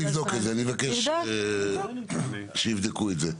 אני מבקש שיבדקו את זה.